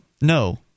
no